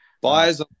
Buyers